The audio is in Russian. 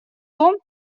том